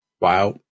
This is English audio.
Wow